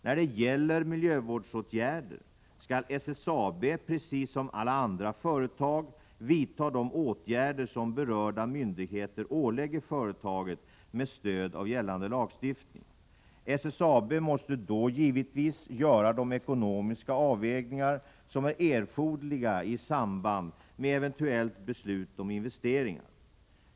När det gäller miljövårdsåtgärder skall SSAB precis som alla andra företag vidta de åtgärder som berörda myndigheter ålägger företaget med stöd av gällande lagstiftning. SSAB måste då givetvis göra de ekonomiska avvägningar som är erforderliga i samband med eventuellt beslut om investeringar.